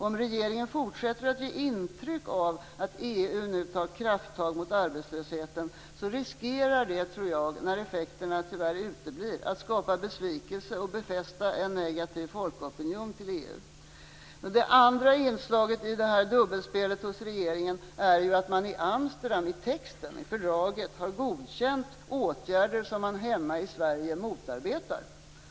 Om regeringen fortsätter att ge intryck av att EU nu tar krafttag mot arbetslösheten riskerar det - när effekterna tyvärr uteblir - att skapa besvikelse och befästa en negativ folkopinion till EU. Det andra inslaget i regeringens dubbelspel är att man i Amsterdam, i fördragstexten, har godkänt åtgärder som man hemma i Sverige motarbetar.